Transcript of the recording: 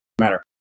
matter